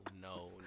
no